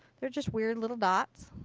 their just weird little dots.